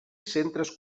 centres